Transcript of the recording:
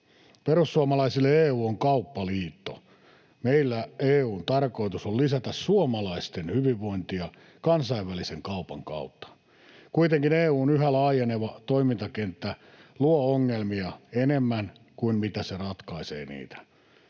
Perussuomalaisille EU on kauppaliitto. Meille EU:n tarkoitus on lisätä suomalaisten hyvinvointia kansainvälisen kaupan kautta. Kuitenkin EU:n yhä laajeneva toimintakenttä luo ongelmia enemmän kuin mitä se ratkaisee niitä.